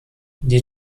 die